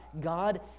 God